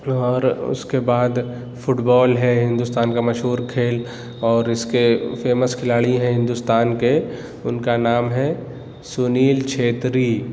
اور اس کے بعد فٹ بال ہے ہندوستان کا مشہور کھیل اور اس کے فیمس کھلاڑی ہیں ہندوستان کے ان کا نام ہے سنیل چھیتری